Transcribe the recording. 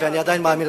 ואני עדיין מאמין,